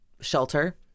shelter